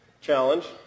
challenge